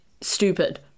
stupid